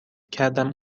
کردم